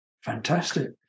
fantastic